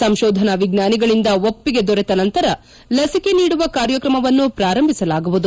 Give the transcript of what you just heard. ಸಂತೋಧನಾ ವಿಜ್ವಾನಿಗಳಿಂದ ಒಪ್ಪಿಗೆ ದೊರೆತ ನಂತರ ಲಸಿಕೆ ನೀಡುವ ಕಾರ್ಯಕ್ರಮವನ್ನು ಪ್ರಾರಂಭಿಸಲಾಗುವುದು